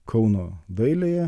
kauno dailėje